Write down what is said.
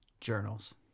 Journals